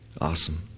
Awesome